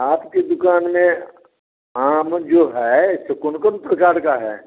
आपकी दुकान में आम जो है वह कुन कुन प्रकार का है